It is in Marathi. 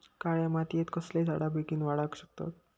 काळ्या मातयेत कसले झाडा बेगीन वाडाक शकतत?